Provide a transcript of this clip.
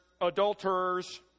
adulterers